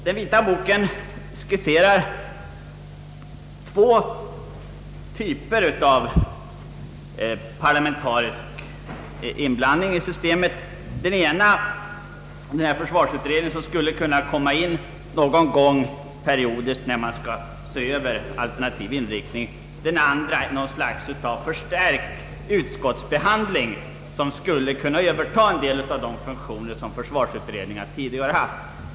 Den vita boken skisserar två typer av parlamentarisk inblandning i systemet. Den ena är en försvarsutredning, som skulle kunna användas periodiskt när man skall se över alternativ inriktning. Den andra är något slags förstärkt utskottsbehandling som skulle kunna överta en del av de funktioner som försvarsutredningarna tidigare haft.